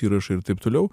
įrašai ir taip toliau